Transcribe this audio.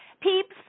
peeps